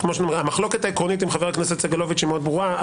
המחלוקת העקרונית עם חבר הכנסת סגלוביץ' היא מאוד ברורה,